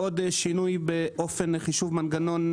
עוד שינוי באופן חישוב מנגנון